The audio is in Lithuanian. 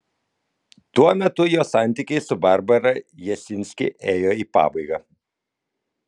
tuo metu jo santykiai su barbara jasinski ėjo į pabaigą